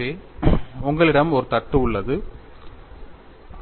எனவே உங்களிடம் ஒரு தட்டு உள்ளது